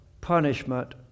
punishment